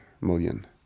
million